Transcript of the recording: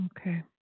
Okay